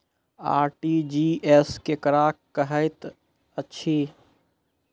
RTGS केकरा कहैत अछि?